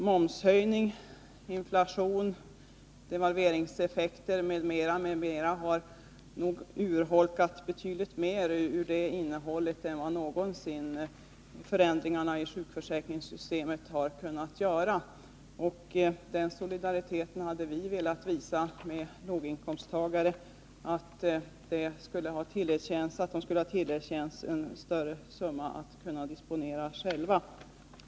Momshöjning, inflation, devalveringseffekter m.m. har nog urholkat betydligt mer av det innehållet än vad någonsin förändringarna i sjukförsäkringssystemet har kunnat göra. Vi hade velat visa solidaritet med låginkomsttagare, genom att de skulle tillerkännas en större summa att disponera själva.